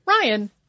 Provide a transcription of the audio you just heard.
Ryan